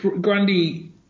Grundy